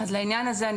לעניין הזה,